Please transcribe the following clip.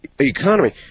economy